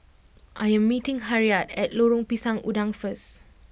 I am meeting Harriette at Lorong Pisang Udang first